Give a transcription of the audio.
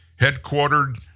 headquartered